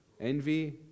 envy